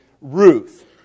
Ruth